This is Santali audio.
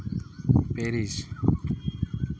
ᱯᱮᱨᱤᱥ